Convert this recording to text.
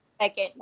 Second